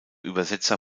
übersetzer